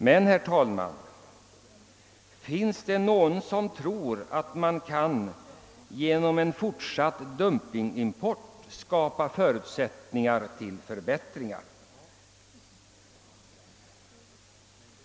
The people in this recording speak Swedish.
Men, herr talman, finns det någon som tror att man kan genom en fortsatt dumpingimport skapa förutsättningar för förbättringar?